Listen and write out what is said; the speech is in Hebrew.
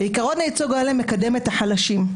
ועיקרון הייצוג ההולם מקדם את החלשים,